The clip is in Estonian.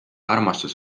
armastus